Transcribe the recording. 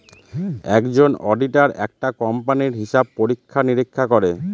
একজন অডিটার একটা কোম্পানির হিসাব পরীক্ষা নিরীক্ষা করে